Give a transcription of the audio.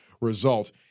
result